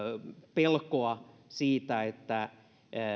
pelkoa siitä että